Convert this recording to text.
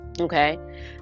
okay